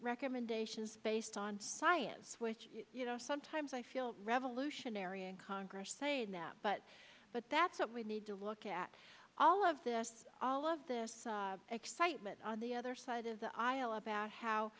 recommendations based on science which you know sometimes i feel revolutionary in congress saying that but but that's what we need to look at all of this all of this excitement on the other side of the aisle about how